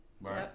Right